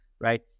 right